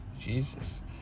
Jesus